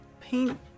paint